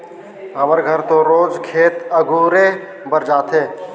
हमर घर तो रोज खेत अगुरे बर जाथे